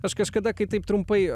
aš kažkada kai taip trumpai